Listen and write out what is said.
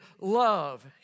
love